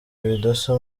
bidasa